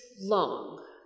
long